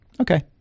Okay